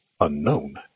unknown